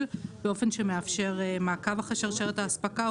באופן שמאפשר מעקב אחר שרשרת האספקה,